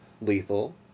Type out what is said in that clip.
lethal